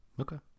Okay